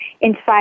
inside